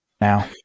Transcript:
now